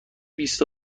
بیست